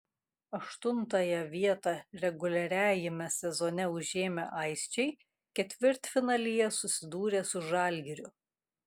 aštuntąją vietą reguliariajame sezone užėmę aisčiai ketvirtfinalyje susidūrė su žalgiriu